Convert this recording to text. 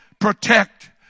Protect